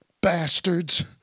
Bastards